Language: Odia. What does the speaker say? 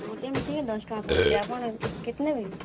ଗୁଟେ ମିଠେଇକେ ଦଶ୍ ଟଙ୍କା ପଡ଼ୁଛେ ଆପଣ୍ କେତେ ନେବେ କି